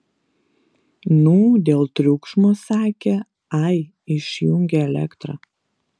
nu dėl triukšmo sakė ai išjungė elektrą